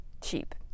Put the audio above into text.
cheap